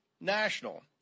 national